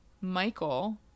Michael